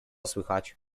słychać